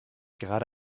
gerade